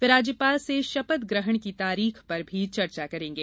वे राज्यपाल से शपथग्रहण की तारीख पर भी चर्चा करेंगे